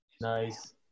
Nice